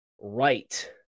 right